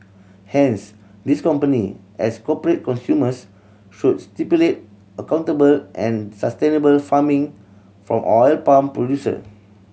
hence these company as corporate consumers should stipulate accountable and sustainable farming from oil palm producer